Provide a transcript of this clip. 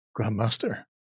Grandmaster